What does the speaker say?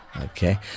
Okay